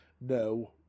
no